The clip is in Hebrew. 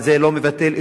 אבל זה לא מבטל,